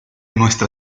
nuestra